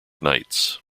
knights